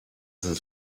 his